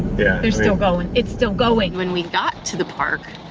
yeah they're still going, it's still going. when we got to the park,